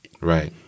Right